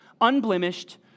unblemished